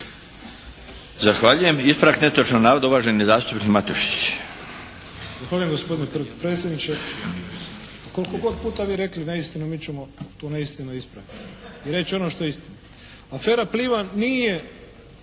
Zahvaljujem. Ispravak netočnog navoda uvaženi zastupnik Matušić.